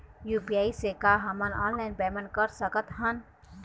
UPI से का हमन ऑनलाइन पेमेंट कर सकत हन?